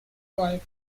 wife